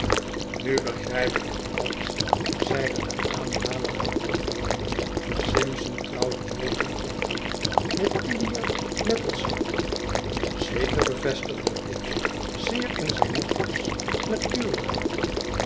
nu begrijp ik alles zeide de aanhaler van don juan simpson trouwt morgen ochtend met julia maplesone zeker bevestigde tibbs zeer in zijnnopjes natuurlijk